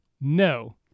No